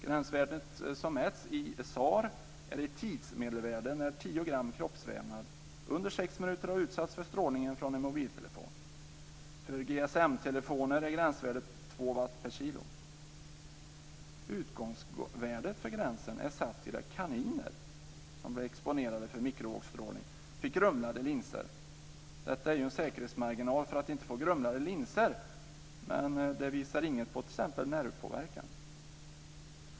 Gränsvärdet, som mäts i SAR, är ett tidsmedelvärde för när 10 gram kroppsvävnad under sex minuter har utsatts för strålning från en mobiltelefon. Utgångsvärdet för gränsen är satt utifrån att kaniner som exponerats för mikrovågsstrålning fick grumlade linser. Detta är en säkerhetsmarginal för att inte få grumlade linser men det visar inget vad gäller t.ex. nervpåverkan.